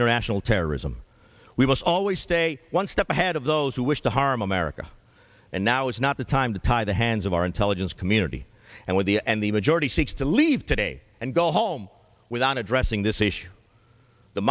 international terrorism we must always stay one step ahead of those who wish to harm america and now is not the time to tie the hands of our intelligence community and with the and the majority seeks to leave today and go home without addressing th